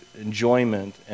enjoyment